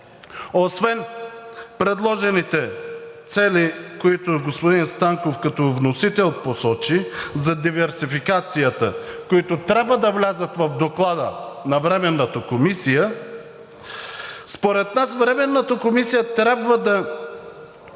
освен предложените цели, които господин Станков като вносител посочи за диверсификацията, които трябва да влязат в доклада на Временната комисия, според нас Временната комисия трябва да включи